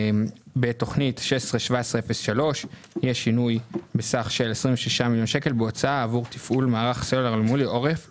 בתכנית 161703 יש סך של 26 מיליון שקל בהוצאה עבור תפעול מערך לעורף